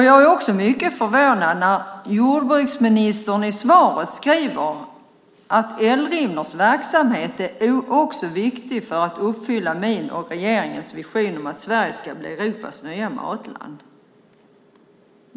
Jag blir mycket förvånad när jordbruksministern i svaret skriver att Eldrimners verksamhet också är viktig för att uppfylla hans och regeringens vision om att Sverige ska bli Europas nya matland.